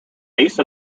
ace